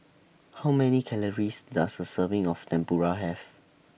How Many Calories Does A Serving of Tempura Have